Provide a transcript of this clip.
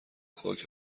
خاک